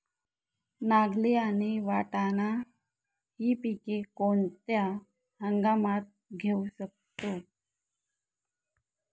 नागली आणि वाटाणा हि पिके कोणत्या हंगामात घेऊ शकतो?